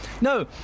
No